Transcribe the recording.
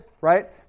right